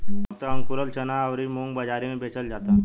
अब त अकुरल चना अउरी मुंग बाजारी में बेचल जाता